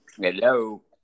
Hello